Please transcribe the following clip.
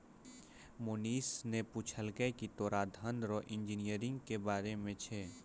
मोहनीश ने पूछलकै की तोरा धन रो इंजीनियरिंग के बारे मे छौं?